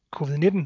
Covid-19